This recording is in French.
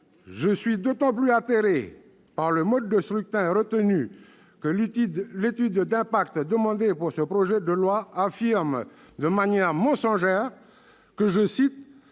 Je suis d'autant plus atterré par le mode de scrutin retenu que l'étude d'impact demandée pour ce projet de loi affirme, de manière mensongère, que « le